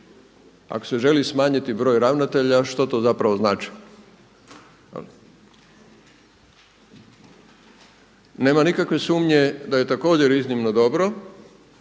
Ako se želi smanjiti broj ravnatelja, što to zapravo znači. Nema nikakve sumnje da je također iznimno dobro